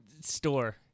store